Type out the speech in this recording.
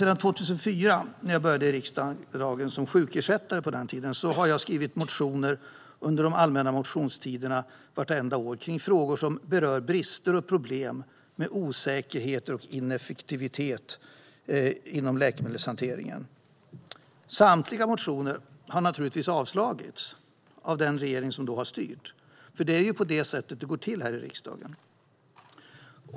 Sedan 2004, när jag på den tiden började i riksdagen som ersättare vid sjukdom, har jag skrivit motioner under de allmänna motionstiderna vartenda år om frågor som berör brister och problem med osäkerheter och ineffektivitet inom läkemedelshanteringen. Samtliga motioner har naturligtvis avslagits av den regeringssida som har styrt, för det är på det sättet det går till här i riksdagen.